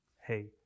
Hey